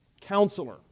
Counselor